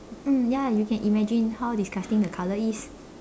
mm ya you can imagine how disgusting the color is